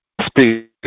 Speak